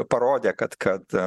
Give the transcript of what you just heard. parodė kad kad